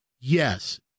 yes